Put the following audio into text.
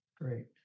Great